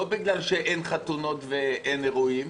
לא בגלל שאין חתונות ואין אירועים,